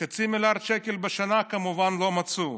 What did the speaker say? לחצי מיליארד שקל בשנה, כמובן לא מצאו.